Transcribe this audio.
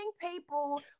people